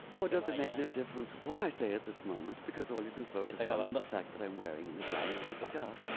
or does it make no difference what i say at this moment because all you can focus on is the fact that i'm wearing an islamic head scarf.